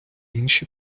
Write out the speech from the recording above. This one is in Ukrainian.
інші